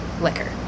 liquor